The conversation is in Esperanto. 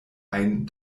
ajn